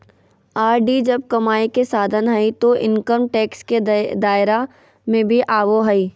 RD जब कमाई के साधन हइ तो इनकम टैक्स के दायरा में भी आवो हइ